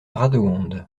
radegonde